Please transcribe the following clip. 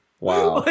Wow